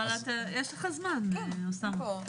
אבל יש לך זמן, אוסאמה.